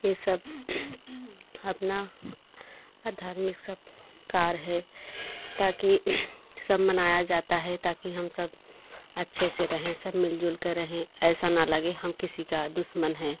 ये सब अपना धार्मिक सब कार्य है ताकि सब मनाया जाता है ताकि हम सब अच्छे से रहे सब मिलजुल कर रहें ऐसा ना लगे हम किसी का दुश्मन हैं